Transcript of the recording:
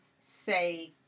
say